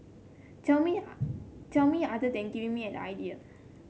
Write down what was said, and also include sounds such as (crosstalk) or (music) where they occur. tell me (unintelligible) tell me other than giving me the idea